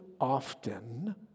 often